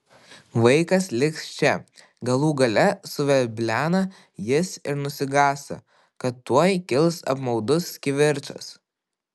vaikas liks čia galų gale suveblena jis ir nusigąsta kad tuoj kils apmaudus kivirčas